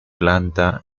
planta